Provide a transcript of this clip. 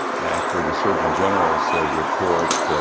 after the surgeon general's report,